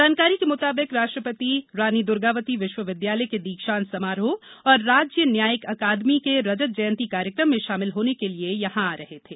जानकारी के मुताबिक राष्ट्रपति रानी दुर्गावती विश्वविद्यालय के दीक्षांत समारोह और राज्य न्यायिक अकादमी के रजत जयंती कार्यक्रम में शामिल होने के लिये यहां आ रहे थे